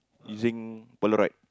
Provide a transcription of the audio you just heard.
using polaroid